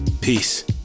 Peace